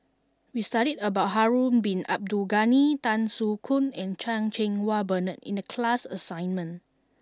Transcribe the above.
we studied about Harun Bin Abdul Ghani Tan Soo Khoon and Chan Cheng Wah Bernard in the class assignment